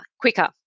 quicker